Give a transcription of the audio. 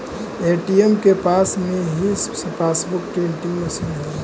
ATM के पास में ही पासबुक प्रिंटिंग मशीन हई